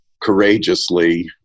courageously